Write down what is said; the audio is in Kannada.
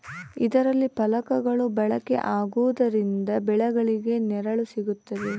ಇದರಲ್ಲಿ ಫಲಕಗಳು ಬಳಕೆ ಆಗುವುದರಿಂದ ಬೆಳೆಗಳಿಗೆ ನೆರಳು ಸಿಗುತ್ತದೆ